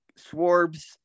Swarbs